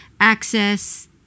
access